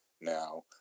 now